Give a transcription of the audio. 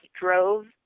drove